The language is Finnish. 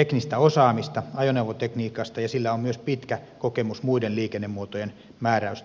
teknistä osaamista ajoneuvotekniikasta ja sillä on myös pitkä kokemus muiden liikennemuotojen määräysten antamisesta